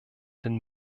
den